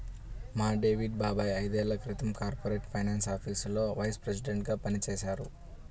మా డేవిడ్ బాబాయ్ ఐదేళ్ళ క్రితం కార్పొరేట్ ఫైనాన్స్ ఆఫీసులో వైస్ ప్రెసిడెంట్గా పనిజేశారు